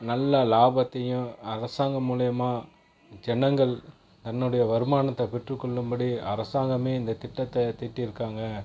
நல்ல லாபத்தையும் அரசாங்கம் மூலிமா ஜனங்கள் தன்னுடைய வருமானத்தை பெற்றுக்கொள்ளும் படி அரசாங்கமே இந்த திட்டத்தை தீட்டி இருக்காங்க